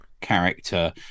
character